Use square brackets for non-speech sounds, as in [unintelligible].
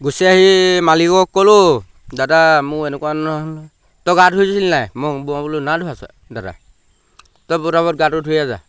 গুচি আহি মালিকক ক'লোঁ দাদা মোৰ এনেকুৱা তেনেকুৱা হ'ল নহয় তই গা ধুইছিলি নাই মই বোলো নাই ধোৱা [unintelligible] দাদা তই পটাপট গাটো ধুই আহ যা